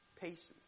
patience